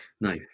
No